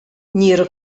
níor